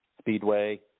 Speedway